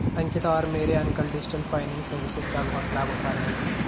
अंकिता और मेरे uncle digital finance services का बहुत लाभ उठा रहे हैं